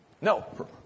No